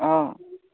অঁ